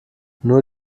nur